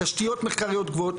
תשתיות מחקריות גבוהות,